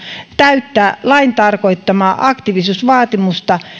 täyttää lain tarkoittamaa aktiivisuusvaatimusta